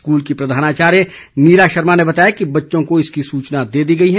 school की प्रधानाचार्या नीरा शर्मा ने बताया कि बच्चों को इसकी सूचना दे दी गई है